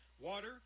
water